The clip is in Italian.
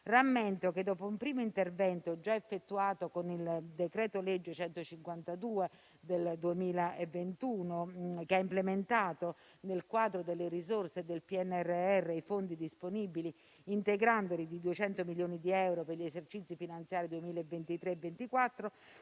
Rammento che, dopo un primo intervento già effettuato con il decreto-legge n. 152 del 2021, che ha implementato nel quadro delle risorse del PNRR i fondi disponibili integrandoli di 200 milioni di euro per gli esercizi finanziari 2023 e 2024,